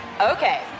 Okay